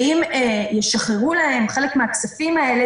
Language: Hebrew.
ואם ישחררו להם חלק מהכספים האלה,